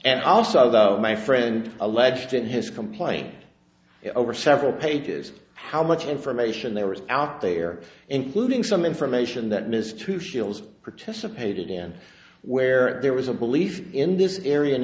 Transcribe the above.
and also though my friend alleged in his complaint over several pages how much information there was out there including some information that ms two shields participated in where there was a belief in this area and